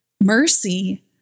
mercy